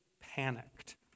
panicked